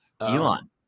elon